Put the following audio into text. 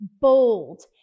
bold